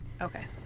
okay